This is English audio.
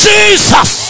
Jesus